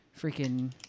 freaking